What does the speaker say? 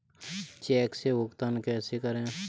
Check से भुगतान कैसे करें?